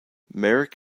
marek